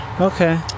Okay